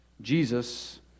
Jesus